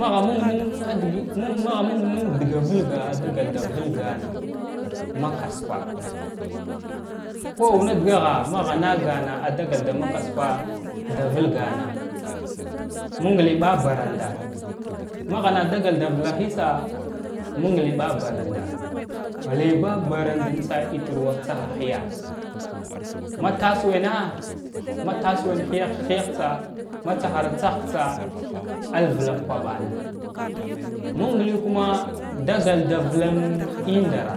Magha məng nən kadəyət magha məng nən daga vəlga agha dagal da vəlgan ma kwaskwa ku aw nadagha magha nagana adagal dama kwaskwa da vəlgana məng ləy ɓa baranda magha na dagal da vəlahitsa məng ləy ɓa baranda ləy ɓa barandintsa ətir wa tsagahəya ma tas wəngya ma tas wəngy hiyagh hiyagh tsa ma tsaharatsahgtsa ar vəlak k-kuɓanna məng ləy kuma dagal da vlan indara